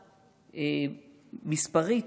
מספרית,